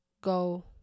go